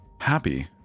happy